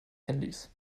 handys